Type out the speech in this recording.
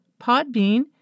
Podbean